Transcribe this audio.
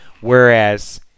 whereas